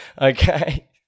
Okay